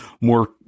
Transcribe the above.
more